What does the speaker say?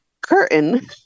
curtain